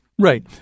Right